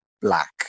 black